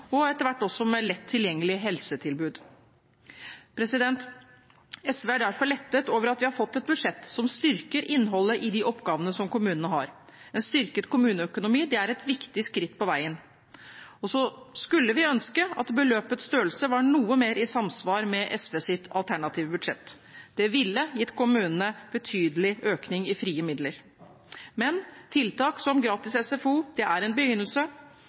og etter hvert også med lett tilgjengelig helsetilbud. SV er derfor lettet over at vi har fått et budsjett som styrker innholdet i de oppgavene som kommunene har. En styrket kommuneøkonomi er et viktig skritt på vegen. Vi skulle ønske at beløpets størrelse var noe mer i samsvar med SVs alternative budsjett. Det ville gitt kommunene betydelig økning i frie midler. Men tiltak som gratis SFO er en begynnelse.